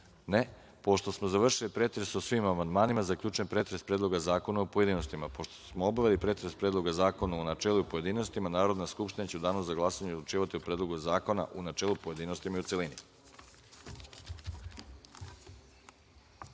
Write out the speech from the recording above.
(Ne)Pošto smo završili pretres o svim amandmanima zaključujem pretres Predloga zakona, u pojedinostima. Pošto smo obavili pretres Predloga zakona u načelu i pojedinostima, Narodna skupština će u danu za glasanje odlučivati o predlogu zakona u načelu, pojedinostima